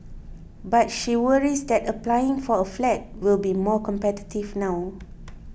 but she worries that applying for a flat will be more competitive now